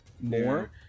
more